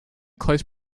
close